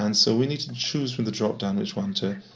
um so we need to choose from the dropdown which one to